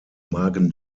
magen